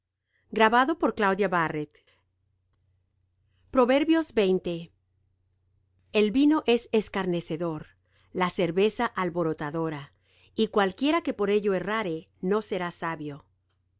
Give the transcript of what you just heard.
los cuerpos de los insensatos el vino es escarnecedor la cerveza alborotadora y cualquiera que por ello errare no será sabio